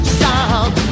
sound